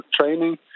training